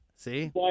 See